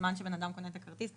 בזמן שבן אדם קונה את הכרטיס,